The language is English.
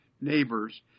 neighbors